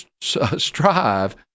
strive